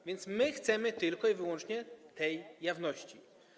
A więc my chcemy tylko i wyłącznie tej jawności.